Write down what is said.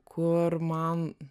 kur man